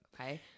Okay